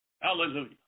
Hallelujah